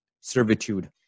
servitude